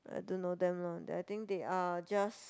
I don't know them lah that I think they are just